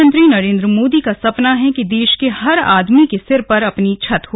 प्रधानमंत्री नरेंद्र मोदी का सपना है कि देश के हर आदमी के सिर पर अपनी छत हो